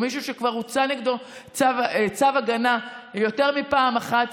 או מי שכבר הוצא נגדו צו הגנה יותר מפעם אחת,